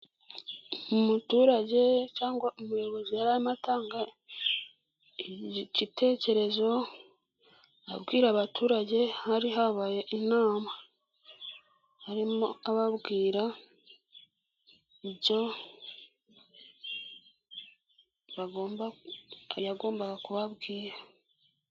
Umuturage cyangwa umuyobozi yari arimo atanga igitekerezo abwira abaturage hari habaye arimo ababwira ibyo yagombaga kubabwira.